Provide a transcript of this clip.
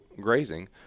grazing